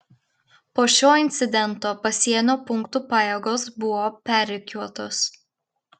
po šio incidento pasienio punktų pajėgos buvo perrikiuotos